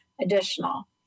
additional